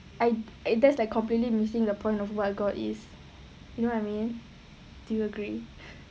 I that's like completely missing the point of what god is you know what I mean do you agree